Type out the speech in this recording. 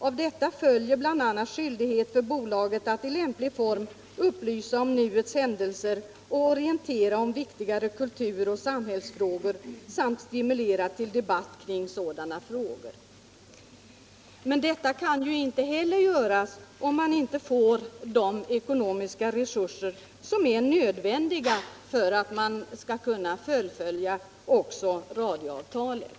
Av detta följer bland annat skyldighet för bolaget att i lämplig form upplysa om nuets händelser och orientera om viktigare kultur och samhällsfrågor samt stimulera till debatt kring sådana frågor.” Detta kan ju inte heller göras om man inte får de ekonomiska resurser som är nödvändiga för att man skall kunna fullfölja radioavtalet.